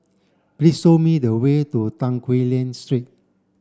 please show me the way to Tan Quee Lan Street